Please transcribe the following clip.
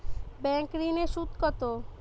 Bank ঋন এর সুদ কত?